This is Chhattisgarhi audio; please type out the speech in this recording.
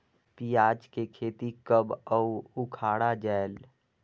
पियाज के खेती कब अउ उखाड़ा जायेल?